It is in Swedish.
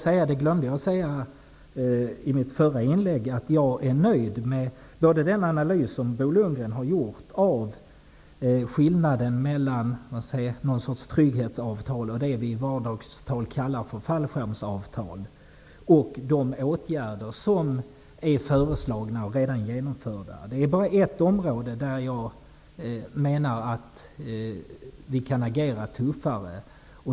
Jag glömde i mitt förra inlägg att säga att jag är nöjd med den analys som Bo Lundgren har gjort av skillnaden mellan någon sorts trygghetsavtal och det vi i vardagstal kallar för fallskärmsavtal och med de åtgärder som är föreslagna och redan genomförda. Det är bara ett område där jag menar att vi kan agera tuffare.